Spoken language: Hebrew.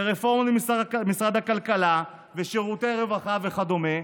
רפורמה במשרד הכלכלה ושירותי הרווחה וכדומה.